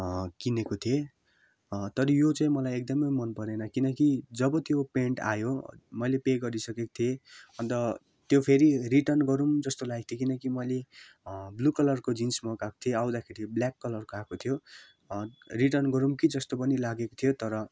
किनेको थिएँ तर यो चाहिँ मलाई एकदमै मनपरेन किनकि जब त्यो पेन्ट आयो मैले पे गरिसकेको थिएँ अन्त त्यो फेरि रिटर्न गरौँ जस्तो थियो किनकि मैले ब्लु कलर जिन्स मगाएको थिएँ आउँदाखेरि ब्ल्याक कलरको आएको थियो रिटर्न गरौँ कि जस्तो पनि लागेको थियो तर